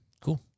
Cool